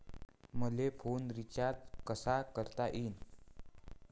मले phone recharge कसा करता येईन?